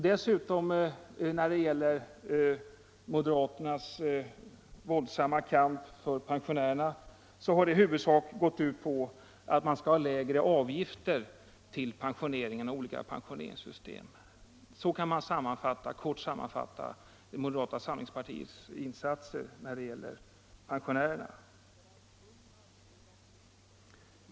Dessutom har moderaternas våldsamma kamp för pensionärerna huvudsakligen gått ut på att man skall ha lägre avgifter till olika pensioneringssystem. Så kan man kort sammanfatta moderaternas insatser när det gäller pensionärerna.